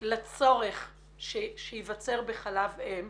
לצורך שייווצר בחלב אם.